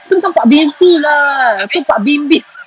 tu bukan patbingsoo lah tu patbibim